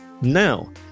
Now